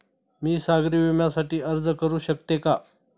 मी सागरी विम्यासाठी अर्ज करू शकते का?